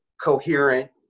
coherent